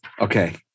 Okay